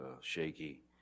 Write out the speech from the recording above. Shaky